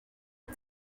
but